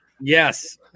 Yes